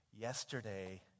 yesterday